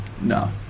No